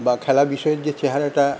বা খেলা বিষয়ের যে চেহারাটা